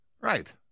right